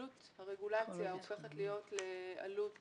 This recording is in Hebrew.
עלות הרגולציה הופכת להיות לעלות